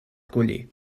collir